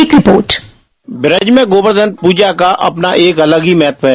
एक रिपोर्ट ब्रज मे गोवर्धन पूजा का अपना एक अलग ही महत्व है